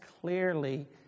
clearly